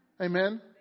Amen